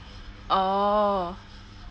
oh